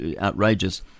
outrageous